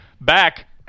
back